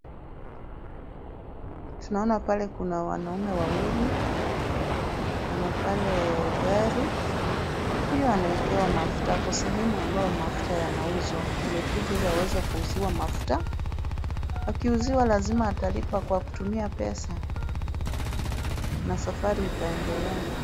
Tunaona pale kuna wanaume wawili, kuna pale gari. Huyu anawekewa mafuta kwa sehemu ambayo mafuta yanauzwa. Amekuja ili aweze kuuziwa mafuta. Akiuziwa lazima atalipa kwa kutumia pesa na safari itaendelea.